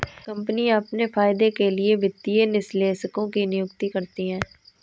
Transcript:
कम्पनियाँ अपने फायदे के लिए वित्तीय विश्लेषकों की नियुक्ति करती हैं